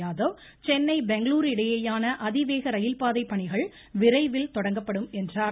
யாதவ் சென்னை பெங்களுரு இடையேயான அதிவேக ரயில் பாதை பணிகள் விரைவில் துவங்கப்படும் என்றார்